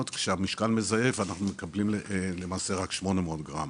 כשהמשקל מזייף ואנחנו מקבלים למעשה רק 800 גרם,